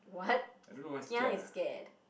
what kia is scared